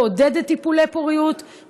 מעודדת טיפולי פוריות,